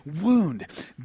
wound